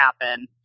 happen